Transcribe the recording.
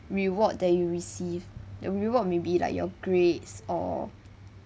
reward that you receive the reward maybe like your grades or